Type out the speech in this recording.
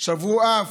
שברו אף,